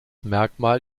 merkmal